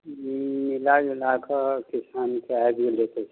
मिलाजुलाकऽ किसानके आबि गेलै पइसा